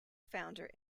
founder